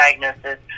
diagnosis